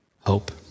hope